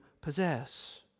possess